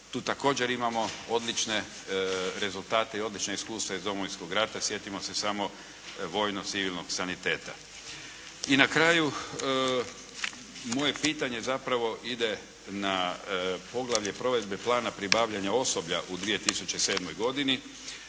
tu također imamo odlične rezultate i odlična iskustva iz Domovinskog rata, sjetimo se samo vojno-civilnog saniteta. I na kraju, moje pitanje zapravo ide na poglavlje provedbe plana pribavljanja osoblja u 2007. godini